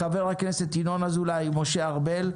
של חה"כ ינון אזולאי וחה"כ משה ארבל,